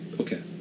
okay